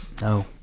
no